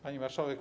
Pani Marszałek!